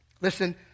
Listen